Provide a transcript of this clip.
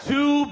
Two